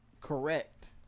correct